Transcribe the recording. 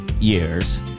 years